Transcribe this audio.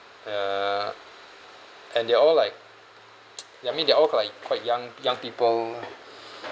uh and they're all like ya I mean they're all quite like quite young young people